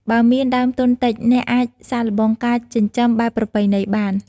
បើមានដើមទុនតិច អ្នកអាចសាកល្បងការចិញ្ចឹមបែបប្រពៃណីបាន។